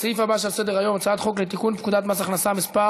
לסעיף הבא שעל סדר-היום: הצעת חוק לתיקון פקודת מס הכנסה (מס'